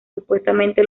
supuestamente